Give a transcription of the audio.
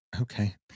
Okay